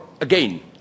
again